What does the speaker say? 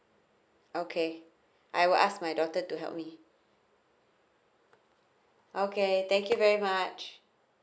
okay I will ask my daughter to help me okay thank you very much